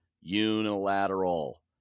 Unilateral